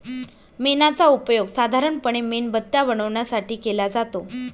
मेणाचा उपयोग साधारणपणे मेणबत्त्या बनवण्यासाठी केला जातो